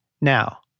now